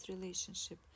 relationship